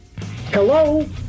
Hello